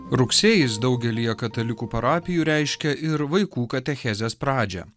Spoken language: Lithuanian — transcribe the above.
rugsėjis daugelyje katalikų parapijų reiškia ir vaikų katechezės pradžią